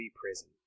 prison